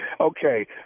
Okay